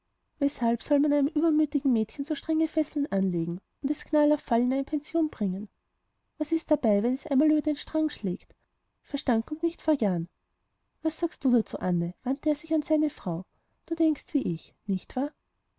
weshalb soll man einem übermütigen mädchen so strenge fesseln anlegen und es knall und fall in eine pension bringen was ist dabei wenn es einmal über den strang schlägt verstand kommt nicht vor den jahren was sagst du dazu anne wandte er sich an seine frau du denkst wie ich nicht wahr